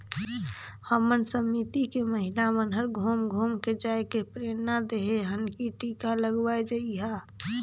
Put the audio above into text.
हमर समिति के महिला मन हर घुम घुम के जायके प्रेरना देहे हन की टीका लगवाये जइहा